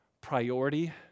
priority